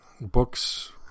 books